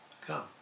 Come